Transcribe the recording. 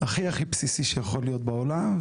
הכי הכי בסיסי שיכול להיות בעולם.